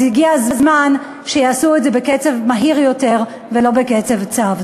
אז הגיע הזמן שיעשו את זה בקצב מהיר יותר ולא בקצב צב.